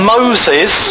Moses